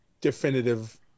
definitive